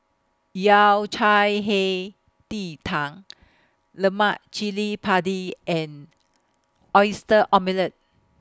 Yao Cai Hei Ji Tang Lemak Cili Padi and Oyster Omelette